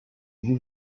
vieux